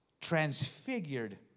transfigured